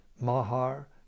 Mahar